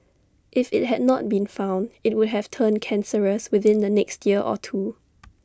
if IT had not been found IT would have turned cancerous within the next year or two